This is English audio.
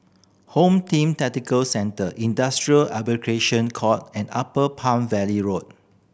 Home Team Tactical Centre Industrial Arbitration Court and Upper Palm Valley Road